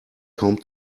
kaum